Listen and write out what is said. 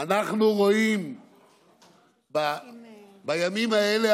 אנחנו רואים בימים האלה,